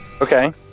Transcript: Okay